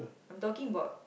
I'm talking about